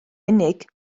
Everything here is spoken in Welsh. unig